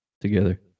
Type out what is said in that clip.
together